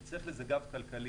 כי צריך לזה גב כלכלי